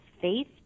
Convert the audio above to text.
faith